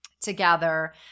together